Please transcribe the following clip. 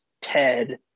Ted